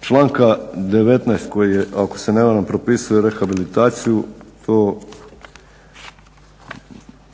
članka 19. koji je ako se ne varam propisuje rehabilitaciju to